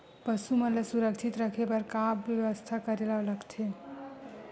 पशु मन ल सुरक्षित रखे बर का बेवस्था करेला लगथे?